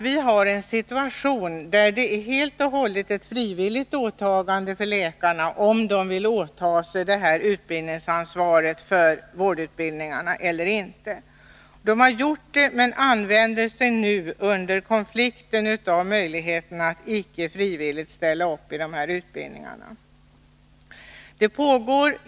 Vi har en situation, där det är helt och hållet frivilligt för läkarna att avgöra om de vill åta sig ansvaret för vårdutbildningarna eller inte. De har gjort det, men använder sig nu under konflikten av möjligheten att icke frivilligt ställa upp i de här utbildningarna.